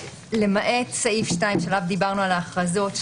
למעט סעיף 2 שעליו דיברנו על ההכרזות,